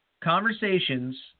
conversations